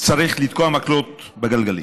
צריך לתקוע מקלות בגלגלים.